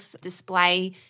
display